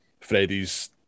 Freddie's